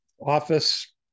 office